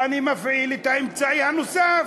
אני מפעיל את האמצעי הנוסף: